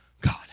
God